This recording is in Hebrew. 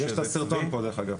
יש את הסרטון פה דרך אגב.